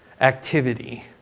activity